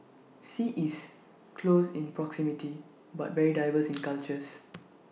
sea is close in proximity but very diverse in cultures